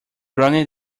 running